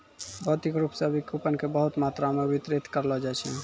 भौतिक रूप से भी कूपन के बहुते मात्रा मे वितरित करलो जाय छै